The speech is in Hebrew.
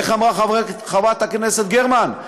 איך אמרה חברת הכנסת גרמן,